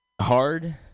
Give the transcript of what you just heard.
hard